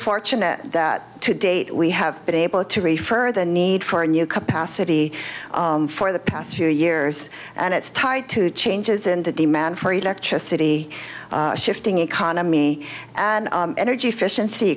fortunate that to date we have been able to refer the need for a new capacity for the past few years and it's tied to changes in the demand for electricity shifting economy and energy efficiency